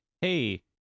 Hey